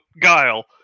Guile